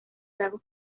lagos